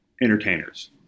entertainers